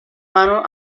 vano